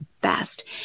best